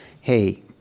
hey